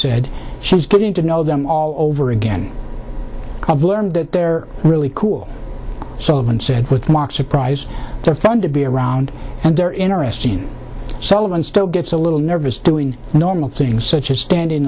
said she's getting to know them all over again i've learned that they're really cool so even said with mock surprise they're fun to be around and they're interesting sullivan still gets a little nervous doing normal things such as standing